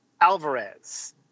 Alvarez